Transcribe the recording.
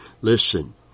Listen